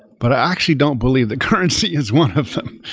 but i actually don't believe that currency is one of them,